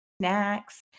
snacks